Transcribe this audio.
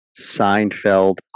Seinfeld